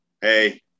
Hey